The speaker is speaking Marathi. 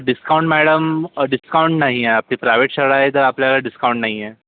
डिस्काउंट मॅडम डिस्काउंट नाही आहे आपली प्रायवेट शाळा आहे तर आपल्याला डिस्काउंट नाही आहे